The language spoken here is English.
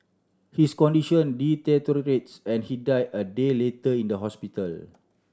his condition deteriorates and he died a day later in the hospital